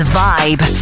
vibe